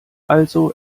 also